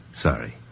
sorry